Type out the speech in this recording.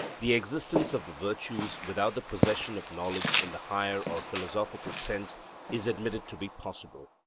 the existence of the virtues without the possession of knowledge in the higher or philosophical sense is admitted to be possible.